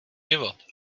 život